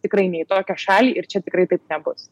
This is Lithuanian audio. tikrai ne į tokią šalį ir čia tikrai taip nebus